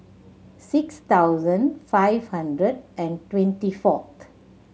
six thousand five hundred and twenty fourth